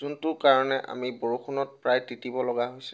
যোনটোৰ কাৰণে আমি বৰষুণত প্ৰায় তিতিব লগা হৈছে